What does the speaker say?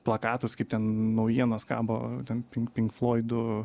plakatus kaip ten naujienos kabo ten pink pink floidų